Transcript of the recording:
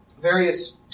various